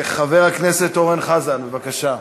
חבר הכנסת אורן חזן, בבקשה.